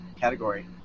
category